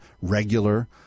regular